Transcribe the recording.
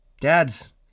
dads